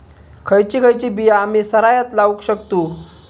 खयची खयची बिया आम्ही सरायत लावक शकतु?